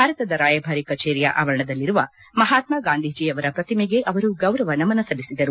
ಭಾರತದ ರಾಯಭಾರಿ ಕಚೇರಿಯ ಆವರಣದಲ್ಲಿರುವ ಮಹಾತ್ಮಾ ಗಾಂಧೀಜಿಯವರ ಪ್ರತಿಮೆಗೆ ಅವರು ಗೌರವ ನಮನ ಸಲ್ಲಿಸಿದರು